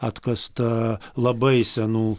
atkasta labai senų